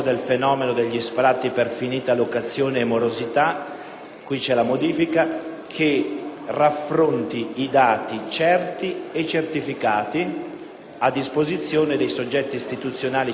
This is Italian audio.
e morosità, che raffronti i dati certi e certificati a disposizione dei soggetti istituzionali centrali e periferici e delle rappresentanze degli inquilini e della proprietà».